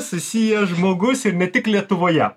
susijęs žmogus ir ne tik lietuvoje